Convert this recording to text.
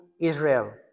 Israel